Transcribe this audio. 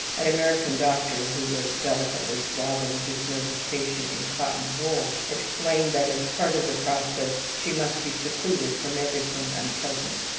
an american doctor who was delicately swathing his nervous patient in cotton wool, explained that, as part of the process, she must be secluded from everything unpleasant.